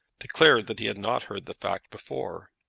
declared that he had not heard the fact before.